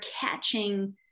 catching